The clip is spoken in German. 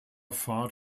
pfad